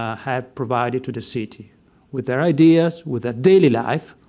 ah had provided to the city with their ideas, with a daily life,